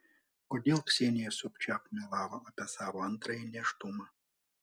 kodėl ksenija sobčiak melavo apie savo antrąjį nėštumą